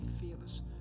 fearless